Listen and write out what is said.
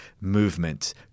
movement